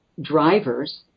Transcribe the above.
drivers